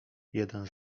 jeden